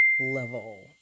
level